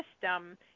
system